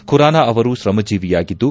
ಖುರಾನ ಅವರು ಶ್ರಮಜೀವಿಯಾಗಿದ್ದು